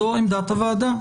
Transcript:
זו עמדת הוועדה.